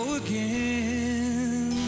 again